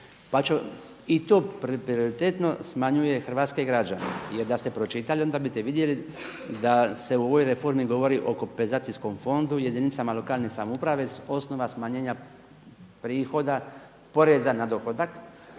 I to prioritetno smanjuje hrvatske građane. Jer da ste pročitali onda biste vidjeli da se u ovoj reformi govorio o kompenzacijskom fondu i jedinicama lokalne samouprave s osnova smanjenja prihoda poreza na dohodak